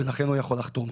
ולכן הוא יכול לחתום.